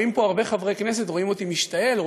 הרבה חברי כנסת רואים אותי משתעל,